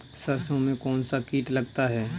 सरसों में कौनसा कीट लगता है?